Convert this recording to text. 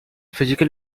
physical